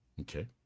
Okay